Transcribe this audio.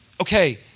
okay